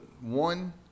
One